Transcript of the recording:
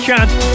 chance